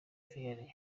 vianney